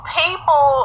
people